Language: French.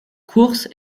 course